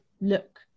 look